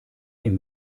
ihm